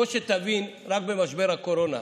בוא, שתבין, רק במשבר הקורונה: